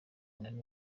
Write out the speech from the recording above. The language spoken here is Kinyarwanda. nari